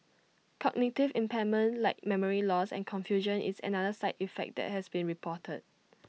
cognitive impairment like memory loss and confusion is another side effect that has been reported